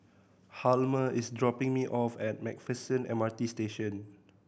Hjalmer is dropping me off at Macpherson M R T Station